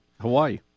Hawaii